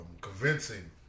Convincing